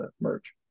merch